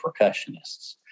percussionists